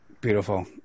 Beautiful